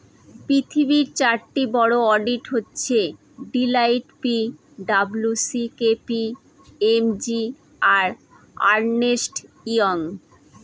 পৃথিবীর চারটি বড়ো অডিট হচ্ছে Deloitte P W C K P M G আর আর্নেস্ট ইয়ং